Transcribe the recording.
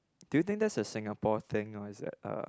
do you think that's a Singapore thing or is that a